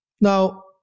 Now